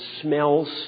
smells